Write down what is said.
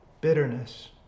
bitterness